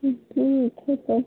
फिर ठीक है तो